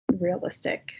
realistic